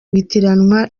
witiranwa